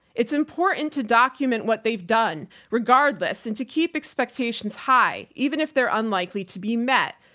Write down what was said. it's important to document what they've done regardless and to keep expectations high, even if they're unlikely to be met.